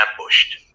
ambushed